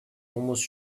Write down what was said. almost